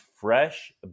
fresh